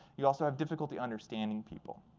you also have difficulty understanding people.